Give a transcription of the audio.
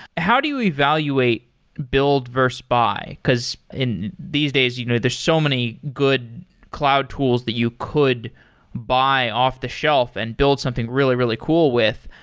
how do you evaluate build versus buy? because in these days, you know there are so many good cloud tools that you could buy off-the-shelf and build something really, really cool with.